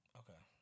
okay